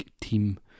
team